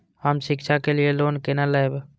हम शिक्षा के लिए लोन केना लैब?